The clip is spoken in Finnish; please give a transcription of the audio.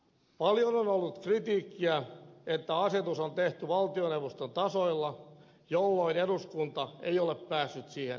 paljon on ollut kritiikkiä että asetus on tehty valtioneuvoston tasolla jolloin eduskunta ei ole päässyt siihen vaikuttamaan